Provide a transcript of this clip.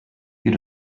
you